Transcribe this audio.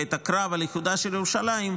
ואת הקרב על איחודה של ירושלים,